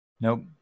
Nope